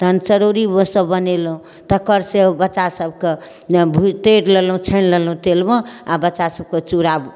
तहन चरौड़ी सब बनेलहुॅं तकर से बच्चा सबकॅं जे भुजिते गेलहुॅं छानि लेलहुॅं तेल मे आ बच्चा सबकेॅं